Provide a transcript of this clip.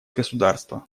государства